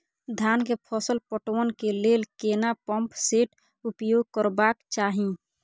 धान के फसल पटवन के लेल केना पंप सेट उपयोग करबाक चाही?